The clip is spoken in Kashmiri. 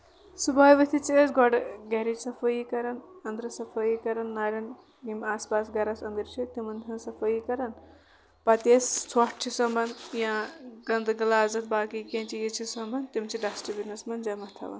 صُبحٲے ؤتِتھ چھِ أسۍ گۄڈٕ گرٕچ صفٲیی کران أنٛدرٕ صفٲیی کران نارین یِم آس پاس گریس أنٛدٕرۍ چھِ تِمن ہٕنٛز صفٲیی کران پَتہٕ یہِ أسۍ ژھوٚٹھ چھ سَمبان یا گنٛدٕ غلازت باقٕے کیٚنٛہہ چیٖز چھِ سومبان تِم چھِ ڈسٹ بیٖنس منٛز جمع تھاوان